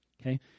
okay